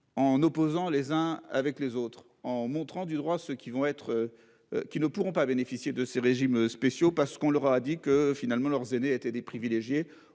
en opposant les uns avec les autres en montrant du droit, ce qui vont être. Qui ne pourront pas bénéficier de ces régimes spéciaux parce qu'on leur a dit que finalement leurs aînés étaient des privilégiés,